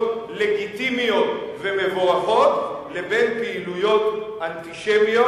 לגיטימיות ומבורכות לבין פעילויות אנטישמיות,